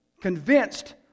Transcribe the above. Convinced